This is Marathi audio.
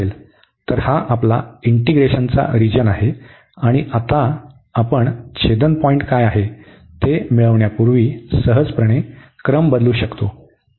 तर हा आपला इंटीग्रेशनचा रिजन आहे आणि आता आपण छेदनपॉईंट काय आहे ते मिळण्यापूर्वी सहजपणे क्रम बदलू शकतो